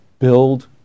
build